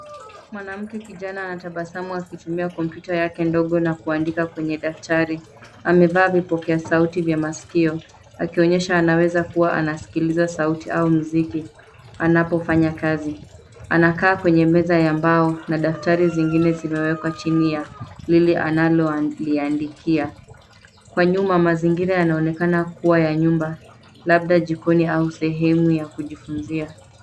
Mwanamke kijana anatabasamu akitumia kompyuta yake ndogo na kuandika kwenye daftari. Amevaa vipokea sauti vya masikio. Akionyesha anaweza kuwa anasikiliza sauti au muziki, anapofanya kazi. Anakaa kwenye meza ya mbao, na daftari zingine zimewekwa chini ya lile analoliandikia. Kwa nyuma mazingira yanaonekana kuwa ya nyumba, labda jikoni au sehemu ya kujifunzia.